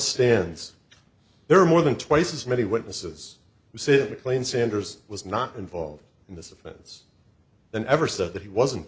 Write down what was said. stands there are more than twice as many witnesses who say it plain sanders was not involved in this offense than ever said that he wasn't